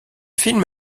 film